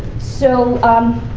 so